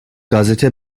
gazete